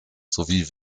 sowie